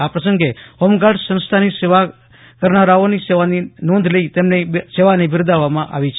આ પ્રસંગે હોમગાર્ડઝ સંસ્થાની સેવા કરનારાઓની સેવાની નોંધ તેમની સેવાને બિરદાવવામાં આવશે